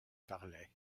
parlait